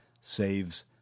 saves